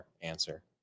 answer